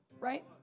right